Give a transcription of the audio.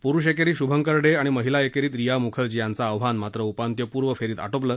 पुरुष एकेरीत शुभंकर डे आणि महिला एकेरीत रिया मूखर्जी यांचं आव्हान मात्र उपात्यपूर्व फेरीत आटोपलं